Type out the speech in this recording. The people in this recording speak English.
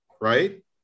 right